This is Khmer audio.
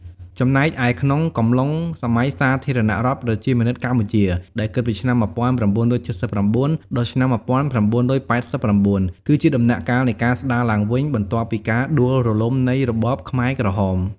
ចំណែកឯក្នុងកំឡុងសម័យសាធារណរដ្ឋប្រជាមានិតកម្ពុជា ដែលគិតពី ឆ្នាំ ១៩៧៩ ដល់ ឆ្នាំ ១៩៨៩ គឺជាដំណាក់កាលនៃការស្ដារឡើងវិញបន្ទាប់ពីការដួលរលំនៃរបបខ្មែរក្រហម។